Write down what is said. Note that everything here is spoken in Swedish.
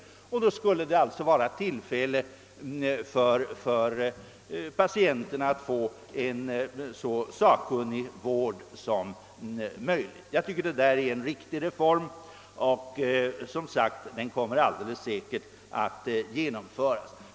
Då skulle det alltså bli tillfälle för patienterna att få en så sakkunnig vård som möjligt. Jag tycker att det är en riktig reform och den kommer alldeles säkert att genomföras.